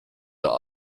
der